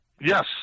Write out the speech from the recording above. Yes